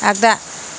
आगदा